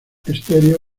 stereo